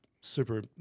super